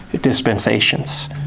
dispensations